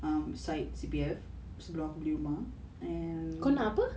um side C_P_F sebelum aku beli rumah and